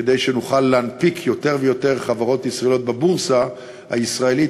כדי שנוכל להנפיק יותר ויותר חברות ישראליות בבורסה הישראלית,